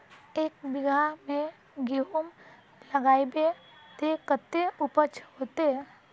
एक बिगहा में गेहूम लगाइबे ते कते उपज होते?